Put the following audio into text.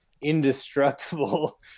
indestructible